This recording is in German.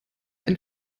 ein